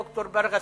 ד"ר ברגותי,